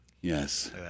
Yes